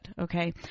Okay